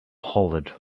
hollered